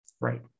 Right